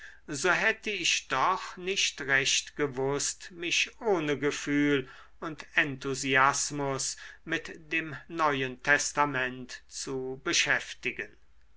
so hätte ich doch nicht recht gewußt mich ohne gefühl und enthusiasmus mit dem neuen testament zu beschäftigen